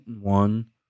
one